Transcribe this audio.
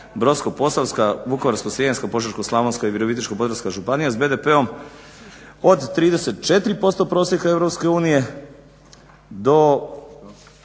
Brodsko-posavska, Vukovarsko-srijemska, Požeško-slavonska i Virovitičko-podravska županija s BDP od 34% prosjeka EU do